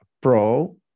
pro